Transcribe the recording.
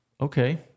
okay